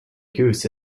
goose